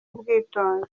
ubwitonzi